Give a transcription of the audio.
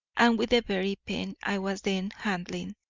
and with the very pen i was then handling.